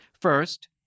First